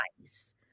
nice